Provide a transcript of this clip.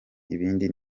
ibindi